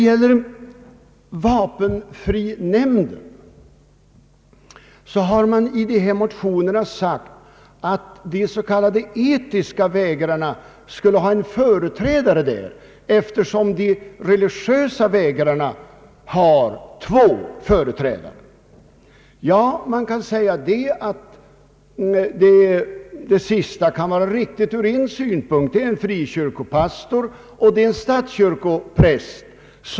I föreliggande motioner har föreslagits att de s.k. etiska vägrarna skulle få en företrädare i vapenfrinämnden, eftersom de s.k, religiösa vägrarna har två företrädare. Det sista kan vara riktigt ur en synpunkt, nämligen att det i nämnden finns en frikyrkopräst och en statskyrkopräst.